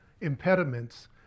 impediments